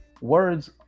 words